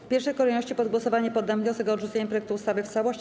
W pierwszej kolejności pod głosowanie poddam wniosek o odrzucenie projektu ustawy w całości.